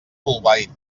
bolbait